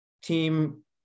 team